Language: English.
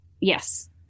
Yes